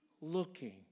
looking